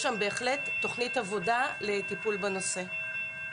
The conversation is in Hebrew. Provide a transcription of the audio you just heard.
יש לנו בהחלט תכנית עבודה לטיפול בנושא.